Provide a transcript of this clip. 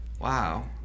Wow